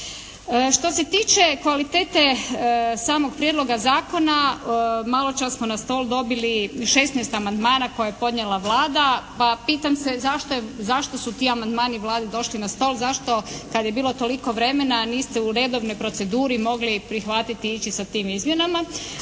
Što se tiče kvalitete samog Prijedloga zakona maločas smo na stol dobili 16 amandmana koje je podnijela Vlada, pa pitam se zašto su ti amandmani Vlade došli na stol? Zašto, kad je bilo toliko vremena, a niste u redovnoj proceduri mogli prihvatiti i ići sa tim izmjenama?